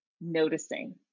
noticing